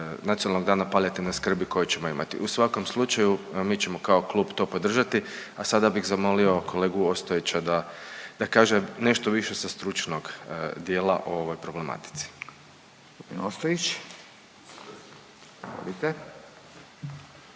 Nacionalnog dana palijativne skrbi kojeg ćemo imati. U svakom slučaju mi ćemo kao klub to podržati, a sada bih zamolio kolegu Ostojića da, da kaže nešto više sa stručnog dijela o ovoj problematici.